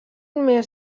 més